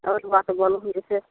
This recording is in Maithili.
आओर बात बोलहो बिशेष